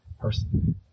person